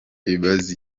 imaze